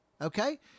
Okay